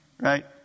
Right